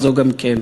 זו גם כן".